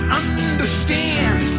understand